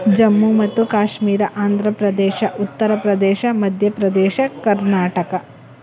ಜಮ್ಮು ಮತ್ತು ಕಾಶ್ಮೀರ ಆಂಧ್ರ ಪ್ರದೇಶ ಉತ್ತರ ಪ್ರದೇಶ ಮಧ್ಯ ಪ್ರದೇಶ ಕರ್ನಾಟಕ